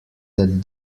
that